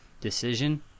decision